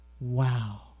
Wow